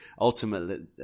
ultimately